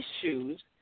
issues